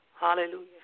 Hallelujah